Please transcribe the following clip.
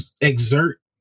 exert